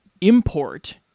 import